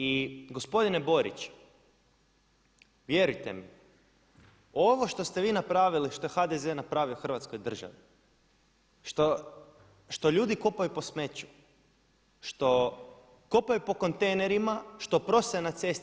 I gospodine Borić vjerujte mi ovo što ste vi napravili, što je HDZ napravio Hrvatskoj državi, što ljudi kopaju po smeću, što kopaju po kontejnerima, što prose na cesti.